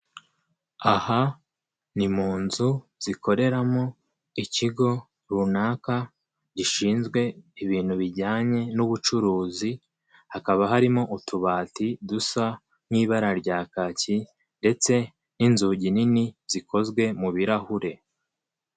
Aha ni mu nzu zikoreramo ikigo runaka gishinzwe ibintu bijyanye n'ubucuruzi, hakaba harimo utubati dusa nk'ibara rya kaki ndetse n'inzugi nini zikozwe mu birahure.